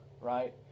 Right